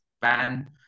ban